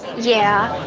yeah.